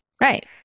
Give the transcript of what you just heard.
Right